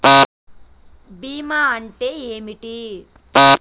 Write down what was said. బీమా అంటే ఏమిటి?